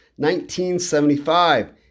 1975